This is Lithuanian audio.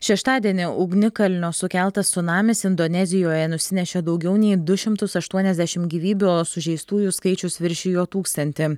šeštadienį ugnikalnio sukeltas cunamis indonezijoje nusinešė daugiau nei du šimtus aštuoniasdešim gyvybių o sužeistųjų skaičius viršijo tūkstantį